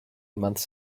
months